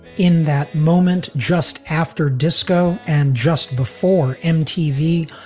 in that moment, just after disco and just before mtv,